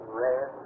rare